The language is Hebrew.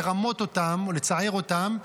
לרמות אותם או לצער אותם,